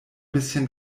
bisschen